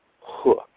hook